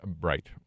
right